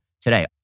today